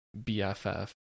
BFF